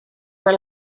were